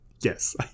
Yes